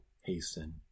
hasten